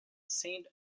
saint